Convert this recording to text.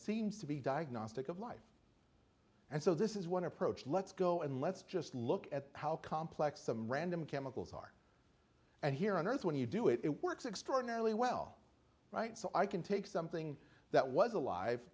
seems to be diagnostic of life and so this is one approach let's go and let's just look at how complex some random chemicals are and here on earth when you do it works extraordinarily well right so i can take something that was alive